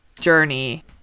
journey